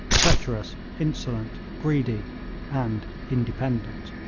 treacherous, insolent, greedy and independent.